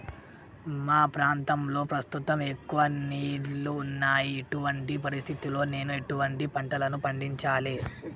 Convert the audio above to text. మా ప్రాంతంలో ప్రస్తుతం ఎక్కువ నీళ్లు ఉన్నాయి, ఇటువంటి పరిస్థితిలో నేను ఎటువంటి పంటలను పండించాలే?